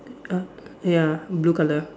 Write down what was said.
uh ya blue colour